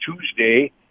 Tuesday